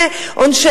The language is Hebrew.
אין ברירה אחרת,